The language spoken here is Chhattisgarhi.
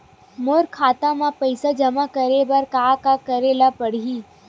मोर खाता म पईसा जमा करे बर का का करे ल पड़हि?